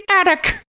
attic